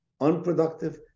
unproductive